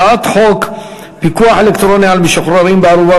הצעת חוק פיקוח אלקטרוני על משוחררים בערובה